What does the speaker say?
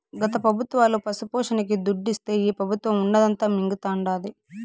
గత పెబుత్వాలు పశుపోషణకి దుడ్డిస్తే ఈ పెబుత్వం ఉన్నదంతా మింగతండాది